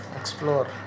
explore